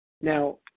Now